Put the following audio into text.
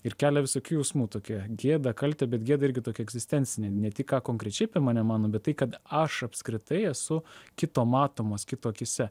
ir kelia visokių jausmų tokią gėdą kaltę bet gėda irgi tokia egzistencinė ne tik ką konkrečiai apie mane mano bet tai kad aš apskritai esu kito matomas kito akyse